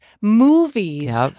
movies